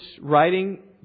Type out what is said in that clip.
writing